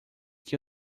que